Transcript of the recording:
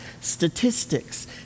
statistics